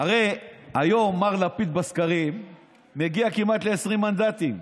הרי היום מר לפיד בסקרים מגיע כמעט ל-20 מנדטים.